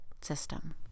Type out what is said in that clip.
system